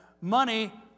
money